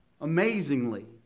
Amazingly